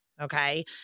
Okay